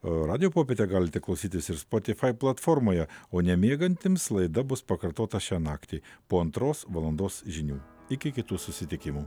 radijo popietę galite klausytis ir spotifai platformoje o nemiegantiems laida bus pakartota šią naktį po antros valandos žinių iki kitų susitikimų